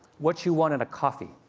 what you want in a coffee,